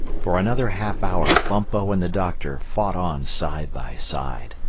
for another half-hour bumpo and the doctor fought on side by side.